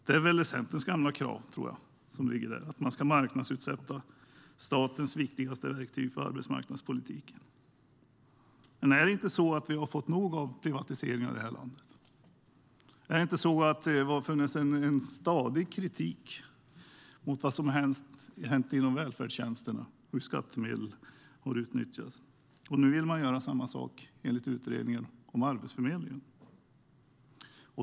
Det är väl Centerns gamla krav som ligger där, att man ska marknadsutsätta statens viktigaste verktyg för arbetsmarknadspolitiken. Har vi inte fått nog av privatiseringar i detta land? Har det inte funnits en stadig kritik mot vad som har hänt inom välfärdstjänsterna och hur skattemedel har utnyttjats? Nu vill man göra samma sak med utredningen om Arbetsförmedlingen.